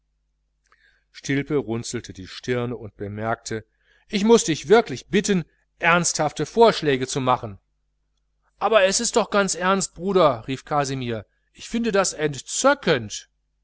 stilpe runzelte die stirne und bemerkte ich muß dich wirklich bitten ernsthafte vorschläge zu machen aber er ist doch ganz ernst bruder rief kasimir ich finde das